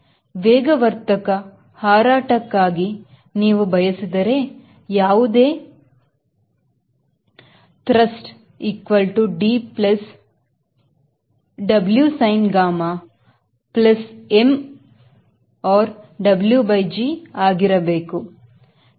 ವೇಗವರ್ಧಕ ಹಾರಟಕ್ಕಾಗಿನೀವು ಬಯಸಿದ ಯಾವುದೇ thrust D plus W sin gamma plus m or W by g ಆಗಿರಬೇಕು